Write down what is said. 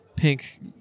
pink